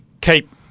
keep